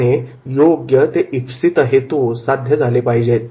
त्याने योग्य ते इप्सित हेतू साध्य झाले पाहिजेत